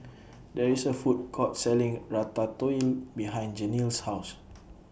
There IS A Food Court Selling Ratatouille behind Jenelle's House